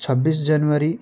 छब्बिस जनवरी